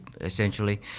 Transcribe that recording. essentially